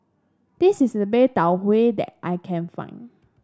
this is the best Tau Huay that I can find